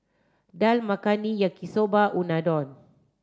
Dal Makhani Yaki Soba Unadon